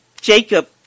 Jacob